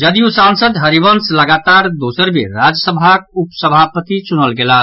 जदयू सांसद हरिवंश लगातार दोसर बेर राज्यसभाक उपसभापति चुनल गेलाह